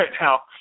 now